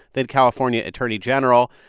then california attorney general.